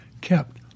kept